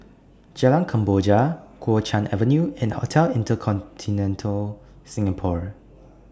Jalan Kemboja Kuo Chuan Avenue and Hotel InterContinental Singapore